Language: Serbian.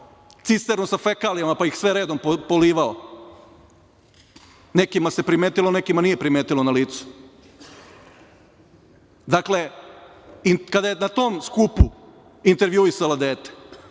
cisternu sa fekalijama, pa ih sve redom polivao, nekima se primetilo, a nekima se nije primetilo na licu, dakle, kada je na tom skupu intervjuisala dete,